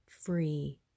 free